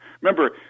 Remember